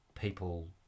people